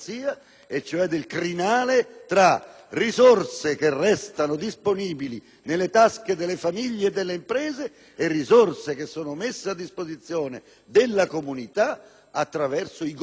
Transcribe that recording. risorse che restano disponibili nelle tasche delle famiglie e delle imprese e risorse che sono messe a disposizione della comunità attraverso i Governi e i vari livelli di governo.